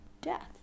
death